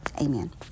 Amen